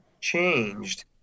changed